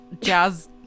jazz